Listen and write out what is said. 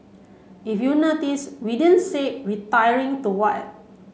if you notice we didn't say retiring to what